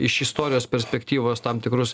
iš istorijos perspektyvos tam tikrus